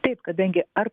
taip kadangi ar